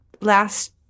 last